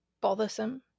bothersome